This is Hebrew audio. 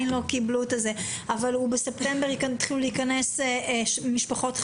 אבל בספטמבר יתחילו להיכנס משפחות חדשות.